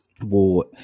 war